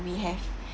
we have